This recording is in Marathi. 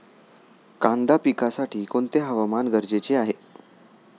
कांदा पिकासाठी कोणते हवामान गरजेचे आहे?